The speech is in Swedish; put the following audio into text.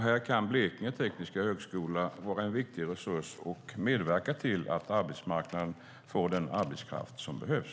Här kan Blekinge Tekniska Högskola vara en viktig resurs och medverka till att arbetsmarknaden får den arbetskraft som behövs.